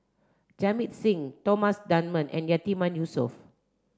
Jamit Singh Thomas Dunman and Yatiman Yusof